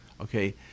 okay